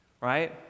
right